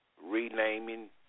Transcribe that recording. renaming